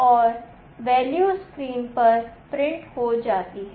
और value screen पर print हो जाती है